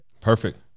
Perfect